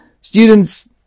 students